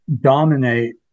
dominate